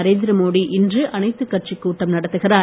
நரேந்திர மோடி இன்று அனைத்து கட்சி கூட்டம் நடத்துகிறார்